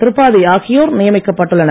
திரிபாதி ஆகியோர் நியமிக்கப் பட்டுள்ளனர்